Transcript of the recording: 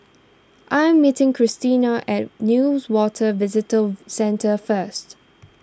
I am meeting Christena at Newater Visitor Centre first